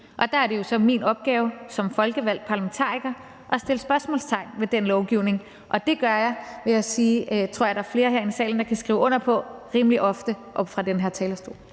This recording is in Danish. Og der er det jo så min opgave som folkevalgt parlamentariker at sætte spørgsmålstegn ved den lovgivning. Og det gør jeg, vil jeg sige – og det tror jeg der er flere herinde i salen der kan skrive under på – rimelig ofte oppe fra den her talerstol.